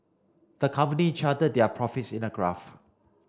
the company charted their profits in a graph